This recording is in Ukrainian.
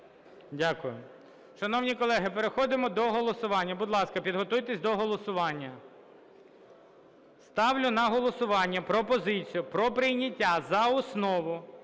Дякую. Шановні колеги, переходимо до голосування. Будь ласка, підготуйтесь до голосування. Ставлю на голосування пропозицію про прийняття за основу